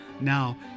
Now